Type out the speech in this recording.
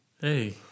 hey